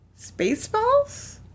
Spaceballs